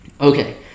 Okay